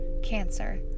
cancer